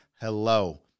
hello